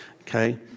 okay